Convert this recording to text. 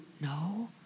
no